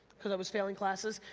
cause i was failling classes,